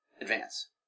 advance